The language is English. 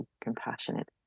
compassionate